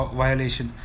violation